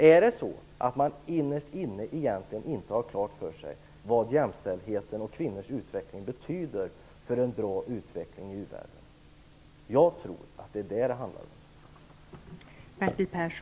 Är det så, att man innerst inne egentligen inte har klart för sig vad jämställdheten och kvinnors utveckling betyder för en bra utveckling i u-världen? Jag tror att det är detta det handlar om.